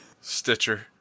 Stitcher